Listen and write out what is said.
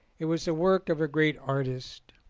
it was the work of a great artist.